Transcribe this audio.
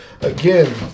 again